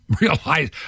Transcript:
realize